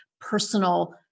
personal